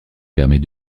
permet